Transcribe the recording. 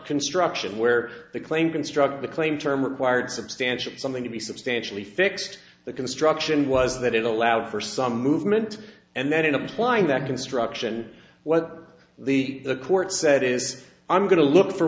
construction where the claim construct the claim term required substantial something to be substantially fixed the construction was that it allowed for some movement and then in applying that construction what the the court said is i'm going to look for